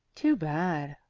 too bad,